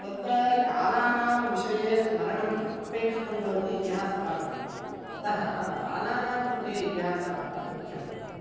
तत्र कालानां विषये स्मरणम् अपेक्षितं भवति इतिहासपाठने अतः बालानां कृते इतिहासपाठनं मुख्यं भवति